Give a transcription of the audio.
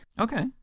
Okay